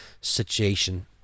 situation